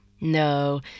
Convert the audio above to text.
No